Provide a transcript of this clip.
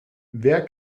wer